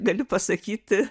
galiu pasakyti